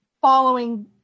following